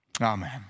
Amen